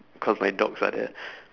cause my dogs are there